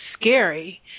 scary